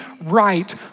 right